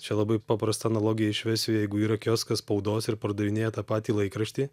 čia labai paprastą analogiją išvesiu jeigu yra kioskas spaudos ir pardavinėja tą patį laikraštį